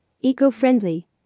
Eco-friendly